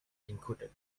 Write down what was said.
included